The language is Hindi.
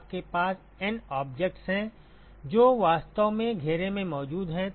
आपके पास N ऑब्जेक्ट्स हैं जो वास्तव में घेरे में मौजूद हैं